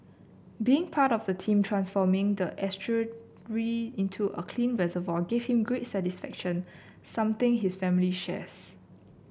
being part of the team transforming the estuary into a clean reservoir gave him great satisfaction something his family shares